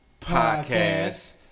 Podcast